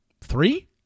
Three